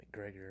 McGregor